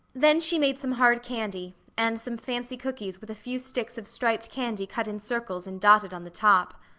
then she made some hard candy, and some fancy cookies with a few sticks of striped candy cut in circles and dotted on the top.